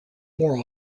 more